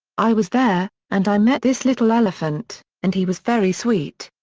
i was there, and i met this little elephant, and he was very sweet.